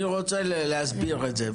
אני רוצה להסביר את זה.